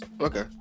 Okay